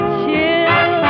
chill